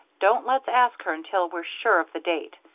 don't let's ask her until we're sure of the date.